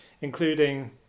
including